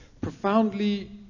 profoundly